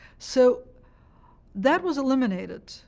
so that was eliminated